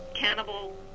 cannibal